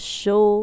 show